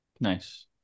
nice